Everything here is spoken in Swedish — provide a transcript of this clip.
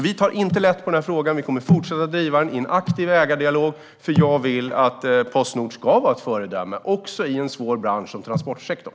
Vi tar inte lätt på frågan, och vi kommer att fortsätta att driva den i en aktiv ägardialog. Jag vill att Postnord ska vara ett föredöme - också i en svår bransch som transportsektorn.